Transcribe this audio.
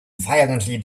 violently